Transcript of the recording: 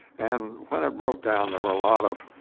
and when it broke down, there a lot of